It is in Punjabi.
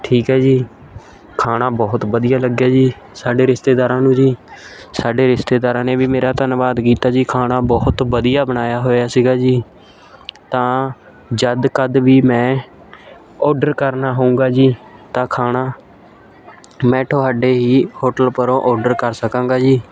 ਠੀਕ ਹੈ ਜੀ ਖਾਣਾ ਬਹੁਤ ਵਧੀਆ ਲੱਗਿਆ ਜੀ ਸਾਡੇ ਰਿਸ਼ਤੇਦਾਰਾਂ ਨੂੰ ਜੀ ਸਾਡੇ ਰਿਸ਼ਤੇਦਾਰਾਂ ਨੇ ਵੀ ਮੇਰਾ ਧੰਨਵਾਦ ਕੀਤਾ ਜੀ ਖਾਣਾ ਬਹੁਤ ਵਧੀਆ ਬਣਾਇਆ ਹੋਇਆ ਸੀਗਾ ਜੀ ਤਾਂ ਜਦ ਕਦੇ ਵੀ ਮੈਂ ਔਰਡਰ ਕਰਨਾ ਹੋਵੇਗਾ ਜੀ ਤਾਂ ਖਾਣਾ ਮੈਂ ਤੁਹਾਡੇ ਹੀ ਹੋਟਲ ਪਰੋ ਔਰਡਰ ਕਰ ਸਕਾਂਗਾ ਜੀ